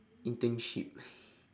internship